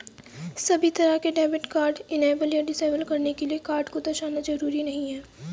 सभी तरह के डेबिट कार्ड इनेबल या डिसेबल करने के लिये कार्ड को दर्शाना जरूरी नहीं है